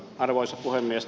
arvoisa puhemies